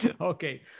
Okay